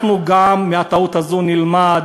אנחנו גם מהטעות הזאת נלמד,